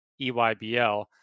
EYBL